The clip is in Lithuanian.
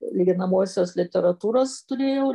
lyginamosios literatūros turėjau